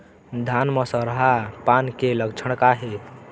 धान म सरहा पान के लक्षण का हे?